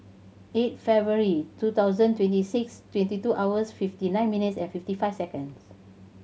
eight February two thousand twenty six twenty two hours fifty nine minutes and fifty five seconds